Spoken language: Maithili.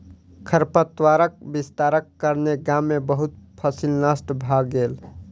खरपातक विस्तारक कारणेँ गाम में बहुत फसील नष्ट भ गेल